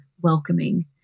welcoming